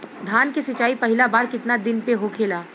धान के सिचाई पहिला बार कितना दिन पे होखेला?